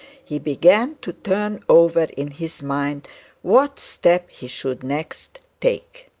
he began to turn over in his mind what step he should next take.